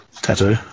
tattoo